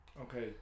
okay